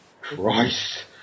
Christ